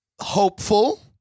hopeful